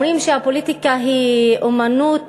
אומרים שהפוליטיקה היא אמנות